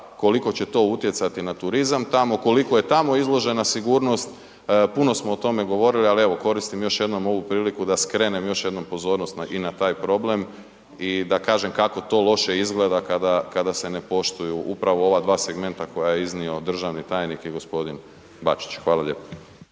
koliko će to utjecati na turizam tamo, koliko je tamo izložena sigurnost, puno smo o tome govorili, ali evo, koristim još jednom ovu priliku da skrenem još jednom pozornost i na taj problem i da kažem kako to loše izgleda kada, kada se ne poštuju upravo ova dva segmenta koja je iznio državni tajnik i g. Bačić. Hvala lijepo.